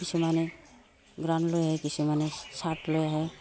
কিছুমানে গ্ৰাউন লৈ আহে কিছুমানে চাৰ্ট লৈ আহে